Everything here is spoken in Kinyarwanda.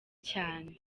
cyane